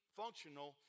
functional